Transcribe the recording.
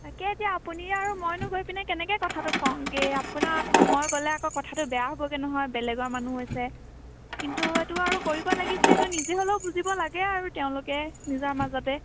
তাকে এতিয়া আপুনি আৰু মইনো গৈ পিনে কেনেকৈ কথাটো ক'মগৈ আপোনাৰ আকৌ মই গ'লে আকৌ কথাটো বেয়া হ'বগৈ নহয় বেলেগৰ মানুহ গৈছে কিন্তু এইটো আৰু কৰিব লাগিছিলে এইটো নিজে হ'লেও বুজিব লাগে আৰু তেওঁলোকে নিজৰ মাজতে